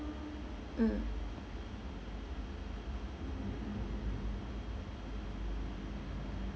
mm